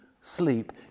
sleep